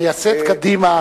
מייסד קדימה,